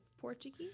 Portuguese